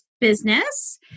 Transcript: business